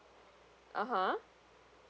(uh huh)